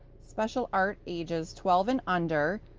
special art ages twelve and under,